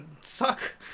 suck